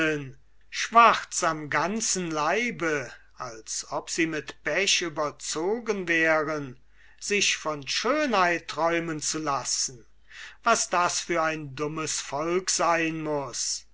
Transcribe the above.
schwarz am ganzen leibe als ob sie mit pech überzogen wären sich von schönheit träumen zu lassen was das für ein dummes volk sein muß